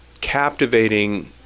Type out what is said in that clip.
captivating